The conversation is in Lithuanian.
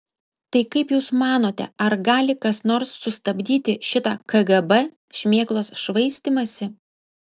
tai kaip jūs manote ar gali kas nors sustabdyti šitą kgb šmėklos švaistymąsi